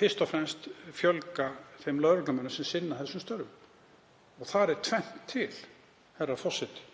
fyrst og fremst fjölga þeim lögreglumönnum sem sinna þessum störfum. Þar er tvennt til, herra forseti.